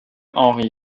henry